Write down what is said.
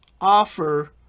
offer